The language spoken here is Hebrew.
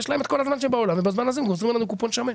יש להם את כל הזמן שבעולם ובזמן הזה הם עושים גוזרים עלינו קופון שמן.